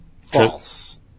False